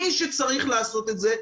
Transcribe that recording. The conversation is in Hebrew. מי שצריך לעשות את זה,